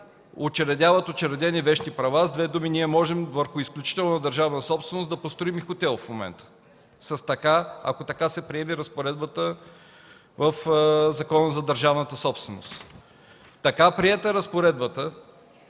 учредяват вещни права, с две думи ние можем върху изключителна държавна собственост да построим и хотел в момента, ако така се приеме разпоредбата в Закона за държавната собственост. Така приета разпоредбата